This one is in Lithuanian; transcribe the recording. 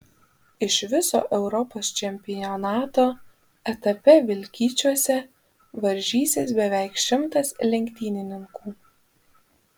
iš viso europos čempionato etape vilkyčiuose varžysis beveik šimtas lenktynininkų